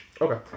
okay